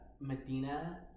Medina